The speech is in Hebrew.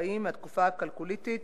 תת-קרקעיים מהתקופה הכלקוליתית.